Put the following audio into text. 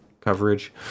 coverage